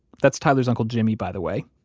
that's tyler's uncle jimmy, by the way,